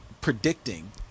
predicting